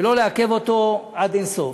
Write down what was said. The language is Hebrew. ולא לעכב אותו עד אין-סוף,